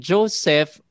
Joseph